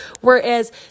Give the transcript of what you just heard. Whereas